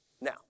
Now